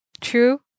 True